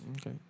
Okay